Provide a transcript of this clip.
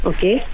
Okay